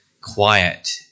quiet